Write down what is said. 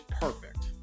perfect